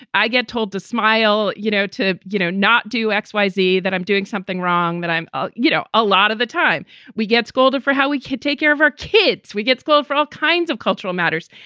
i get told to smile, you know, to, you know, not do x, y, z, that i'm doing something wrong, that i'm you know, a lot of the time we get scolded for how we could take care of our kids. we get school for all kinds of cultural matters.